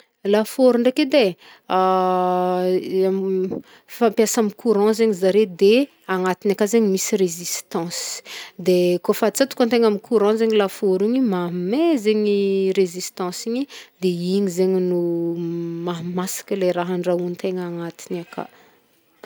Lafaoro ndraiky edy, fampiasa amy courant zegny zare, de agnatiny aka zegny misy resistance de kaofa antsatokantegna amy courant zegny lafaoro igny, mamey zegny resistance igny de igny zegny no mahamasaky le raha andrahointegna agnatigny aka.